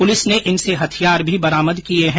police ने इनसे हथियार भी बरामद किये है